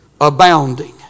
abounding